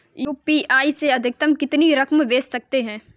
UPI से अधिकतम कितनी रकम भेज सकते हैं?